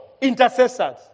intercessors